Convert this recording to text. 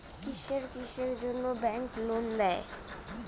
কিসের কিসের জন্যে ব্যাংক লোন দেয়?